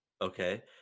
okay